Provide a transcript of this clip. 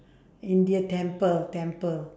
india temple temple